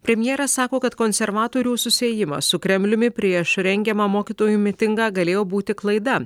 premjeras sako kad konservatorių susiejimas su kremliumi prieš rengiamą mokytojų mitingą galėjo būti klaida